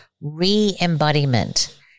re-embodiment